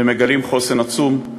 ומגלים חוסן עצום.